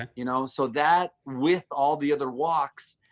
and you know, so that with all the other walks,